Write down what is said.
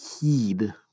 heed